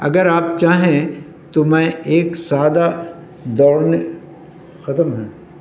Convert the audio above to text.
اگر آپ چاہیں تو میں ایک سادہ دوڑنے ختم